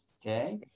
Okay